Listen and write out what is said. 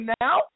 now